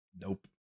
Nope